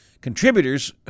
contributors